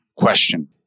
Question